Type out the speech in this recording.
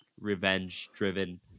revenge-driven